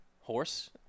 Horse